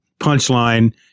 punchline